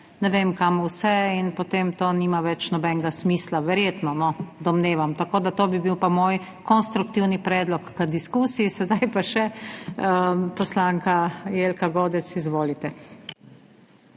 ne vem kam vse in potem to nima več nobenega smisla, verjetno no, domnevam. Tako da bi bil to moj konstruktivni predlog k diskusiji. Sedaj pa še poslanka Jelka Godec. Izvolite.